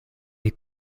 est